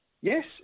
Yes